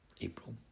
April